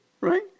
Right